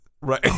Right